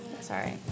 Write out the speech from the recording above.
Sorry